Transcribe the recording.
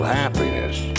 happiness